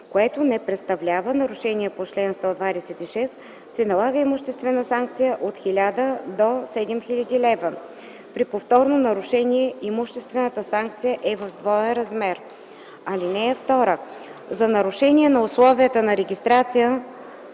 което не представлява нарушение по чл. 126, се налага имуществена санкция от 1000 до 7000 лв. При повторно нарушение имуществената санкция е в двоен размер. (2) За нарушение на условията на регистрацията